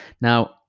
Now